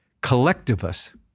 Collectivists